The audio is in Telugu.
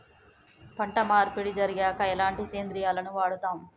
పంట మార్పిడి జరిగాక ఎలాంటి సేంద్రియాలను వాడుతం?